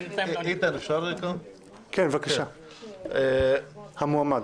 נשמע את דבר המועמד.